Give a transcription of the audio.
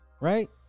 Right